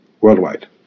worldwide